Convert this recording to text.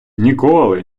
ніколи